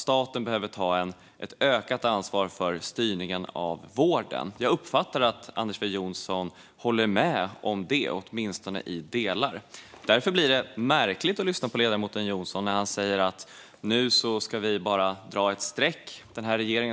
Staten behöver ta ett ökat ansvar för styrningen av vården. Jag uppfattar att Anders W Jonsson håller med om det, åtminstone i delar. Det blir därför märkligt när ledamoten Jonsson säger att regeringen bara